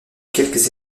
quelques